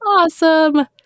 Awesome